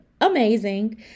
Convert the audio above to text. amazing